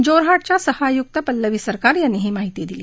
जोरहाटच्या सहआयुक्त पल्लवी सरकार यांनी ही माहिती दिली